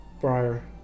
Briar